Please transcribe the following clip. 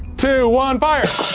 two, one, fire.